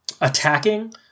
Attacking